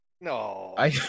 No